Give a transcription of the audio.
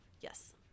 Yes